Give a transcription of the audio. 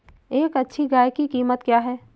एक अच्छी गाय की कीमत क्या है?